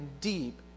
deep